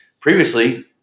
previously